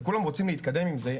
וכולם רוצים להתקדם עם זה,